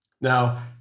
Now